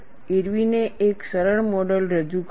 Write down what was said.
ઇરવિને એક સરળ મોડલ રજૂ કર્યું